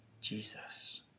Jesus